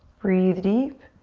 breathe deep.